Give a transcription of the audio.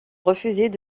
refusaient